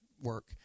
work